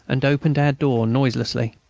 and opened our door noiselessly.